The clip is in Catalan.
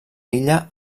illa